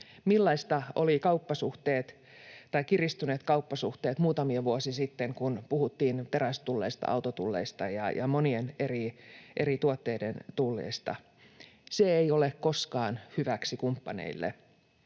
olivat kiristyneet muutamia vuosia sitten, kun puhuttiin terästulleista, autotulleista ja monien eri tuotteiden tulleista. Se ei ole koskaan hyväksi kumppaneille,